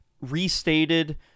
restated